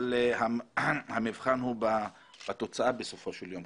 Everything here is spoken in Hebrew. אבל המבחן הוא בתוצאה בסופו של יום.